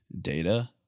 data